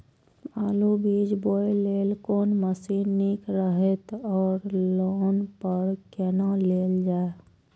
आलु बीज बोय लेल कोन मशीन निक रहैत ओर लोन पर केना लेल जाय?